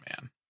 man